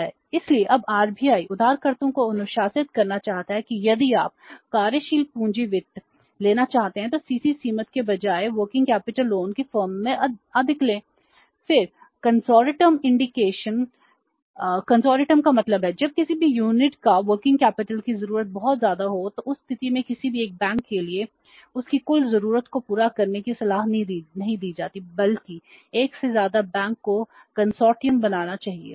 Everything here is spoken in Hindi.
इसलिए अब RBI उधारकर्ताओं को अनुशासित करना चाहता है कि यदि आप कार्यशील पूंजी वित्त बनाना चाहिए